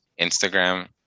Instagram